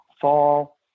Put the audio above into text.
fall